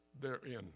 therein